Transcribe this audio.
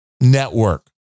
network